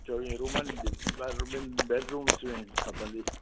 चोवीह रूमनि जे रूमनि बैडरूम्स में खपंदी